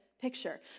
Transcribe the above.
picture